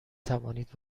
توانید